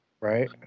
right